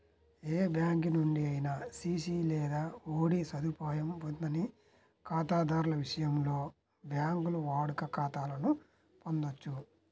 ఏ bank నుండి అయినా CC లేదా ఓడి సదుపాయం పొందని ఖాతాదారుల విషయంలో, బ్యాంకులు వాడుక ఖాతాలను పొందొచ్చు